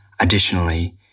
Additionally